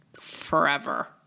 forever